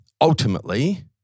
ultimately